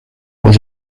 was